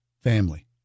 Family